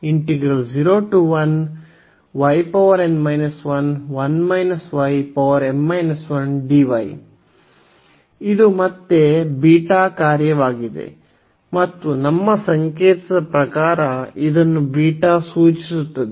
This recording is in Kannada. ಆದ್ದರಿಂದ ಇದು ಮತ್ತೆ ಬೀಟಾ ಕಾರ್ಯವಾಗಿದೆ ಮತ್ತು ನಮ್ಮ ಸಂಕೇತದ ಪ್ರಕಾರ ಇದನ್ನು ಬೀಟಾ ಸೂಚಿಸುತ್ತದೆ